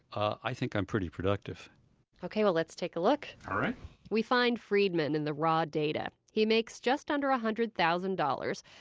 i think i'm pretty productive ok, well, let's take a look all right we find friedman in the raw data. he makes just under a hundred thousand dollars.